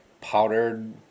powdered